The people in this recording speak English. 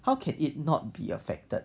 how can it not be affected